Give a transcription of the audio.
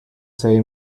say